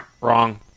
Wrong